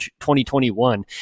2021